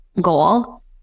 goal